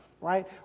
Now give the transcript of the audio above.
right